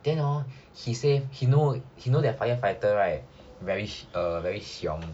then hor he say he know he know that firefighter right very hiong